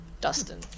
dustin